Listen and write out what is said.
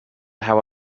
how